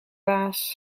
baas